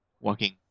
walking